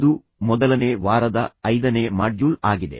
ಇದು ಮೊದಲನೇ ವಾರ ಮತ್ತು ಇದು ಐದನೇ ಮಾಡ್ಯೂಲ್ ಆಗಿದೆ